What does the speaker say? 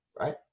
right